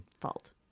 fault